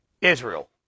Israel